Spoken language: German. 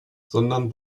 sondern